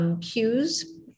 cues